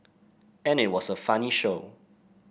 and it was a funny show